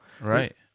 right